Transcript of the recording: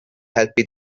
helpu